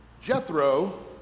Jethro